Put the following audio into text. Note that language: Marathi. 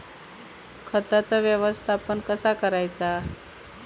खताचा व्यवस्थापन कसा करायचा?